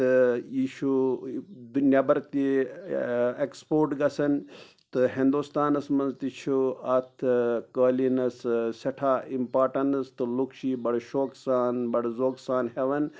تہٕ یہِ چھُ نٮ۪بَر تہِ اٮ۪کٕسپوٹ گَژھان تہٕ ہنٛدوستانَس منٛز تہِ چھُ اَتھ قٲلیٖنَس سٮ۪ٹھاہ اِمپاٹَنٕس تہٕ لُکھ چھِ یہِ بَڑٕ شوقہٕ سان بَڑٕ ذوقہٕ سان ہٮ۪وَان